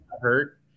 hurt